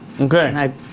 Okay